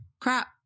crap